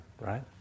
right